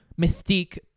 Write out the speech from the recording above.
Mystique